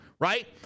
right